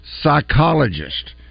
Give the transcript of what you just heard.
psychologist